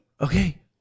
Okay